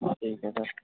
ठीक ऐ सर